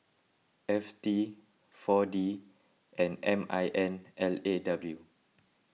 F T four D and M I N L A W